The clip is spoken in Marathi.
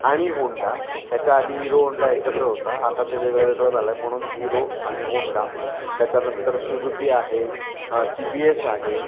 आणि होंडा याच्या आधी हिरो होंडा एकत्र होता आता ते वेगळं वेगळं झालं आहे म्हणून हिरो आणि होंडा त्याच्यानंतर सुजुकी आहे टी व्ही एस आहे